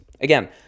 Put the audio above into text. again